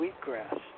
wheatgrass